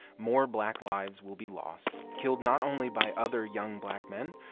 more black lives will be lost, killed not only by other young black men,